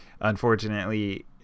Unfortunately